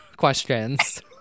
questions